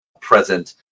present